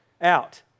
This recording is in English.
out